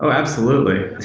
so absolutely.